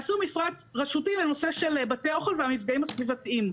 עשו מפרט רשותי לנושא של בתי אוכל והמפגעים הסביבתיים.